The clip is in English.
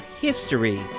History